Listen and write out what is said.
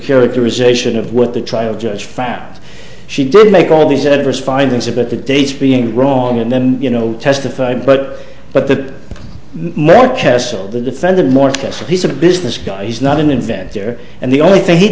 characterization of what the trial judge found she did make all these editors findings about the dates being wrong and then you know testify but but the more castle the defendant more piece of business guy he's not an inventor and the only thing he